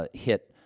ah hit